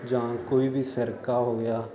ਜਾਂ ਕੋਈ ਵੀ ਸਿਰਕਾ ਹੋ ਗਿਆ